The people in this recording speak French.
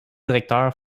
directeur